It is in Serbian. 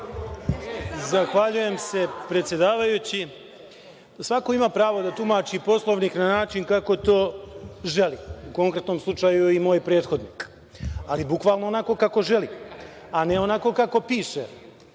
Zahvaljujem se, predsedavajući. Svako ima pravo da tumači Poslovnik na način kako to želi. U konkretnom slučaju, i moj prethodnik, ali bukvalno onako kako želi, a ne onako kako piše